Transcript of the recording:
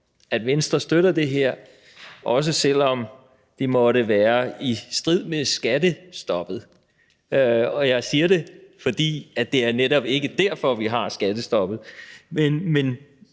at Venstre støtter det her, også selv om det måtte være i strid med skattestoppet, og jeg siger det, fordi det netop ikke er derfor, vi har skattestoppet.